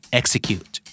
execute